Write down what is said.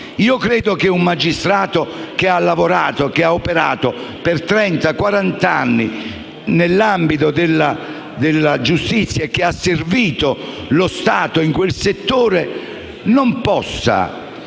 Io credo che un magistrato che ha lavorato e operato per trenta o quarant'anni nell'ambito della giustizia e ha servito lo Stato in quel settore non possa,